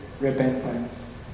repentance